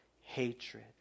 hatred